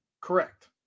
correct